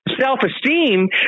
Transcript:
Self-esteem